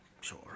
Sure